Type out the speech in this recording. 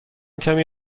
کمی